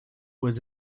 was